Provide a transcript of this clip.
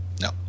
No